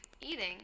eating